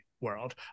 world